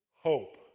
Hope